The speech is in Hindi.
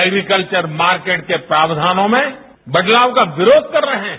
एग्रीकल्चर मार्केट के प्रावधानों में बदलाव का विरोध कर रहे हैं